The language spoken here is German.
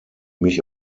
mich